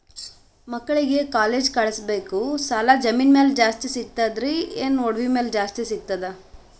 ಮಕ್ಕಳಿಗ ಕಾಲೇಜ್ ಕಳಸಬೇಕು, ಸಾಲ ಜಮೀನ ಮ್ಯಾಲ ಜಾಸ್ತಿ ಸಿಗ್ತದ್ರಿ, ಏನ ಒಡವಿ ಮ್ಯಾಲ ಜಾಸ್ತಿ ಸಿಗತದ?